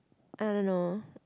I don't know